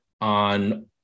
on